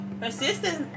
persistence